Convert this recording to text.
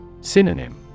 Synonym